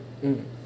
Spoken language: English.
um